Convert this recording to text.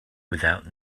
without